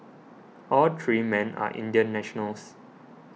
all three men are Indian nationals